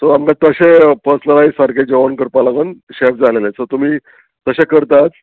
so आमकां तशें personalise सारकें जेवण करपा लागून शॅफ जाय आहलेले सो तुमी तशें करतात